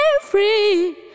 free